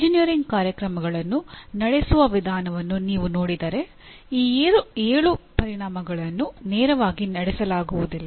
engineering ಕಾರ್ಯಕ್ರಮಗಳನ್ನು ನಡೆಸುವ ವಿಧಾನವನ್ನು ನೀವು ನೋಡಿದರೆ ಈ ಏಳು ಪರಿಣಾಮಗಳನ್ನು ನೇರವಾಗಿ ನಡೆಸಲಾಗುವುದಿಲ್ಲ